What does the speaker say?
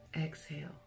Exhale